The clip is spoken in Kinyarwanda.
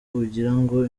ugirango